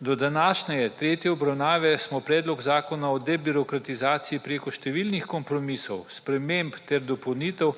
Do današnje tretje obravnave smo Predlog Zakona o debirokratizaciji preko številnih kompromisov sprememb ter dopolnitev